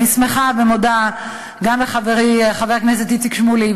אני שמחה ומודה גם לחברי חבר הכנסת איציק שמולי,